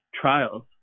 trials